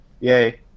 yay